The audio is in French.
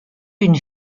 une